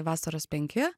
vasaros penki